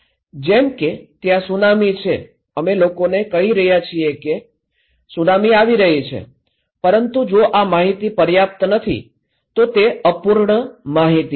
જેમ કે ત્યાં સુનામી છે અમે લોકોને કહીએ છીએ કે સુનામી આવી રહી છે પરંતુ જો આ માહિતી પર્યાપ્ત નથી તો તે અપૂર્ણ માહિતી છે